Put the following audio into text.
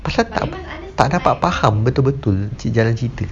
pasal tak tak dapat faham betul-betul cerita jalan cerita